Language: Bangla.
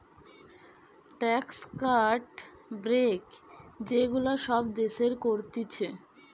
ট্যাক্স কাট, ব্রেক যে গুলা সব দেশের করতিছে